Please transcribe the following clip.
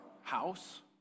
house